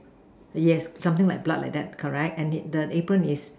yes something like that blood like that correct and the the apron is